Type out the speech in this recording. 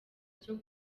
cyo